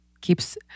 Keeps